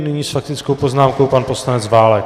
Nyní s faktickou poznámkou pan poslanec Válek.